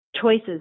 choices